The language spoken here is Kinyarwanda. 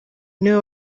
niwe